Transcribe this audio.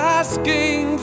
asking